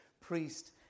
priest